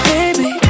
Baby